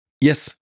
yes